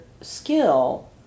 skill